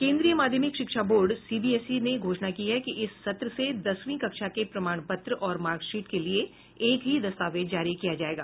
केन्द्रीय माध्यमिक शिक्षा बोर्ड सीबीएसई ने घोषणा की है कि इस सत्र से दसवीं कक्षा के प्रमाण पत्र और मार्कशीट के लिए एक ही दस्तावेज जारी किया जायेगा